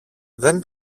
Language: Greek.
δεν